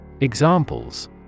Examples